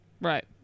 Right